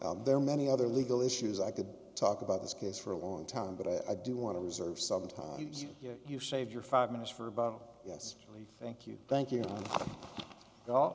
there are many other legal issues i could talk about this case for a long time but i do want to reserve some time you save your five minutes for about yes thank you thank you